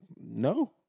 No